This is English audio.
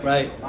Right